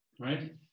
right